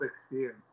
experience